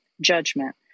Judgment